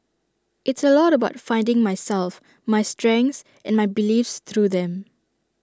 it's A lot about finding myself my strengths and my beliefs through them